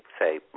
say